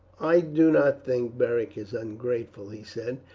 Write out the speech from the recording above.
i do not think beric is ungrateful, he said,